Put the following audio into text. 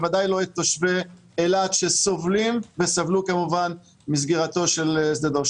בוודאי לא את תושבי אילת שסובלים וסבלו כמובן מסגירתו של שדה דב.